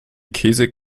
käsig